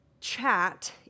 chat